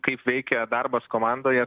kaip veikė darbas komandoje